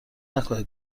نکنید